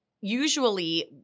Usually